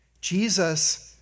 Jesus